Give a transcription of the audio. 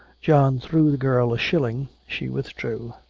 john threw the girl a shilling. she withdrew.